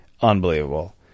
unbelievable